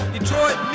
Detroit